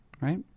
Right